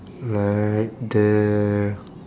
like the